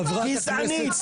אין שום עתיקות ש --- גזענית,